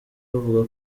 bavuga